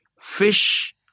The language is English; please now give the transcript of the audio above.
fish